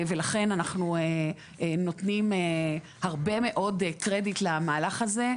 לכן אנחנו נותנים הרבה מאוד קרדיט למהלך הזה,